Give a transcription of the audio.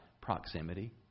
Proximity